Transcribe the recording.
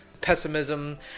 pessimism